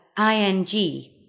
ing